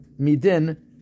midin